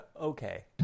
Okay